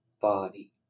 body